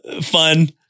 fun